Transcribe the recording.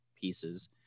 pieces